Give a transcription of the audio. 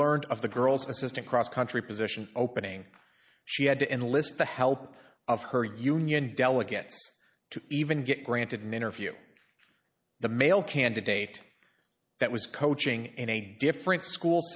learned of the girl's assistant cross country position opening she had to enlist the help of her union delegates to even get granted an interview the male candidate that was coaching in a different school